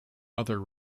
other